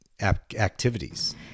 activities